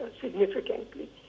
significantly